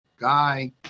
guy